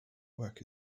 work